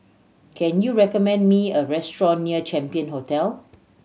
can you recommend me a restaurant near Champion Hotel